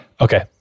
Okay